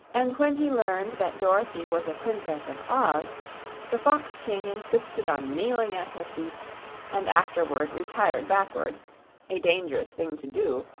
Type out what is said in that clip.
and when he learned that dorothy was a princess of oz the fox king insisted on kneeling at her feet and afterward retired backward a dangerous thing to do,